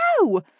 no